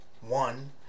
one